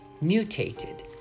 mutated